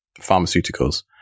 pharmaceuticals